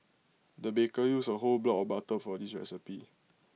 the baker used A whole block of butter for this recipe